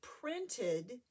printed